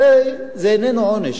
הרי זה איננו עונש.